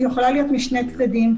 היא יכולה להיות משני צדדים,